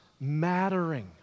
mattering